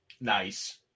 Nice